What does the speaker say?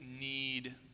need